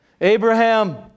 Abraham